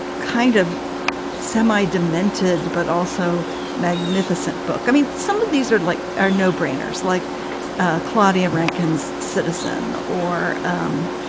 kind of semi demented but also magnificent book. i mean, some of these are like are no brainers, like ah claudia rankins citizen or um